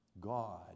God